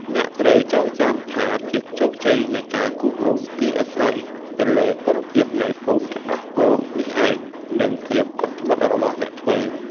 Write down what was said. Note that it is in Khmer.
អ្នកត្រូវចងចាំថាភាពជោគជ័យនៃការគូររូប គឺអាស្រ័យទៅលើគុណភាពនៃហ្វូមទឹកដោះគោនេះឯង និងភាពអត់ធ្មត់របស់អ្នកធ្វើ។